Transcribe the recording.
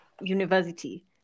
university